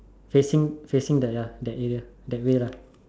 facing facing the ya that area that way lah